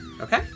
Okay